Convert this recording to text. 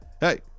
Hey